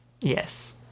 Yes